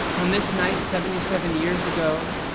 on this night seventy seven years ago,